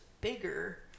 bigger